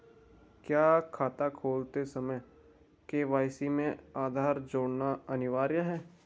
क्या खाता खोलते समय के.वाई.सी में आधार जोड़ना अनिवार्य है?